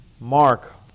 mark